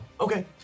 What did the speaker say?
Okay